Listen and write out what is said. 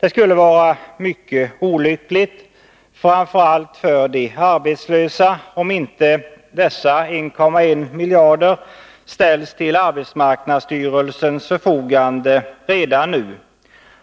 Det skulle vara mycket olyckligt, framför allt för de arbetslösa, om inte dessa 1,1 miljarder ställs till arbetsmarknadsstyrelsens förfogande redan nu.